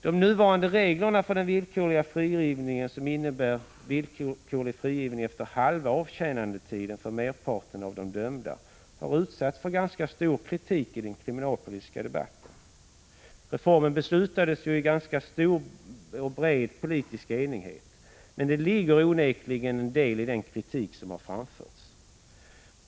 De nuvarande reglerna för villkorlig frigivning, som innebär villkorlig frigivning efter halva avtjänandetiden för merparten av de dömda, har utsatts för ganska stor kritik i den kriminalpolitiska debatten. Reformen beslutades ju i ganska stor och bred politisk enighet. Men det ligger onekligen en del i den kritik som har framförts.